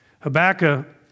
Habakkuk